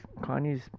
Kanye's